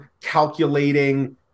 calculating